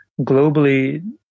globally